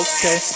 Okay